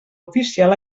oficial